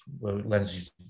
lenses